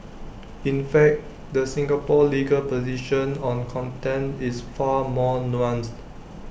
in fact the Singapore legal position on contempt is far more nuanced